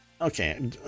okay